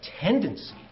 tendency